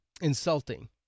insulting